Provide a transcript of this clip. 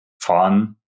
fun